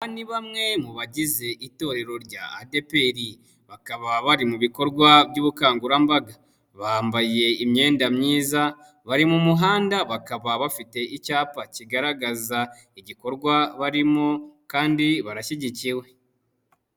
Aba ni bamwe mu bagize itorero rya ADPR, bakaba bari mu bikorwa by'ubukangurambaga, bambaye imyenda myiza, bari mu muhanda, bakaba bafite icyapa kigaragaza igikorwa barimo kandi barashyigikiwe.